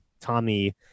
tommy